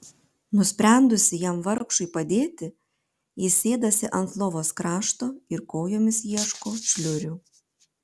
nusprendusi jam vargšui padėti ji sėdasi ant lovos krašto ir kojomis ieško šliurių